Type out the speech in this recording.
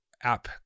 app